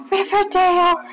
Riverdale